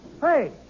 Hey